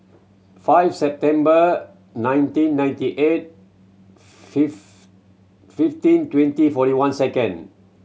five September nineteen ninety eight fifteen twenty forty one second